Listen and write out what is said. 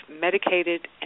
medicated